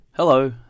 Hello